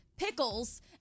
Pickles